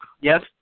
Yes